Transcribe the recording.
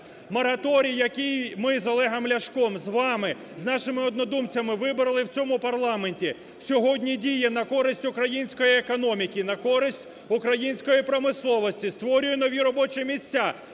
Мораторій, який ми з Олегом Ляшком, з вами, з нашими однодумцями вибороли в цьому парламенті, сьогодні діє на користь української економіки, на користь української промисловості, створює нові робочі місця,